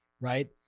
right